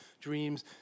dreams